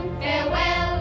farewell